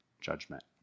judgment